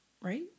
right